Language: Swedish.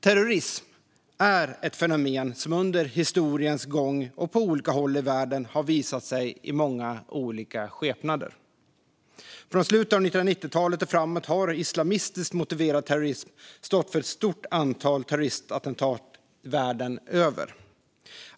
Terrorism är ett fenomen som under historiens gång och på olika håll i världen har visat sig i många olika skepnader. Från slutet av 1990-talet och framåt har islamistiskt motiverad terrorism stått för ett stort antal terroristattentat världen över.